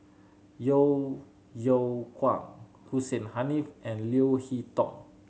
Yeo Yeow Kwang Hussein Haniff and Leo Hee Tong